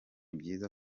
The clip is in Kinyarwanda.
byiza